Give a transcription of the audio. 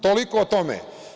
Toliko o tome.